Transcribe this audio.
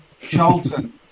Charlton